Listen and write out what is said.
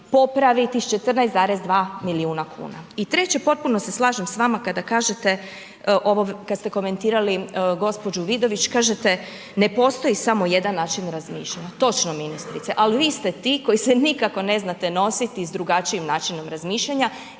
popraviti sa 14,2 milijuna kuna. I treće, potpuno se slažem s vama kada kažete ovo, kada ste komentirali gospođu Vidović, kažete ne postoji samo jedan način razmišljanja. Točno ministrice ali vi ste ti koji se nikako ne znate nositi sa drugačijim načinom razmišljanja